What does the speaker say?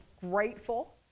grateful